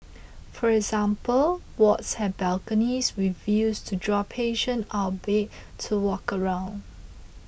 for example wards have balconies with views to draw patient out of bed to walk around